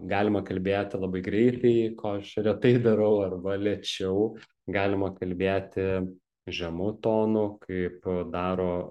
galima kalbėti labai greitai ko aš retai darau arba lėčiau galima kalbėti žemu tonu kaip daro